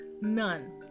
none